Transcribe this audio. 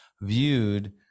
viewed